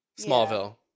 Smallville